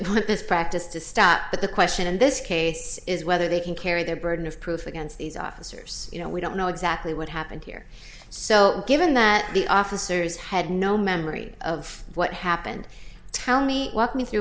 want this practice to stop but the question in this case is whether they can carry their burden of proof against these officers you know we don't know exactly what happened here so given that the officers had no memory of what happened tell me w